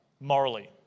morally